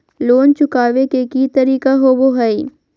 Loan चुकाबे के की तरीका होबो हइ?